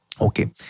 Okay